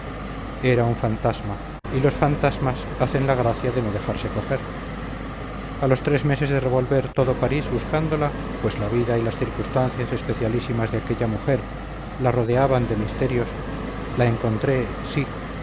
era un fantasma y los fantasmas hacen la gracia de no dejarse coger a los tres meses de revolver todo parís buscándola pues la vida y las circunstancias especialísimas de aquella mujer la rodeaban de misterios la encontré sí